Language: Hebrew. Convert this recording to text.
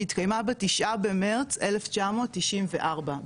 שהתקיימה ב-9 במרץ 1994,